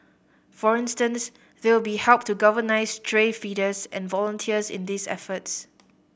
for instance they will be help to galvanise stray feeders and volunteers in these efforts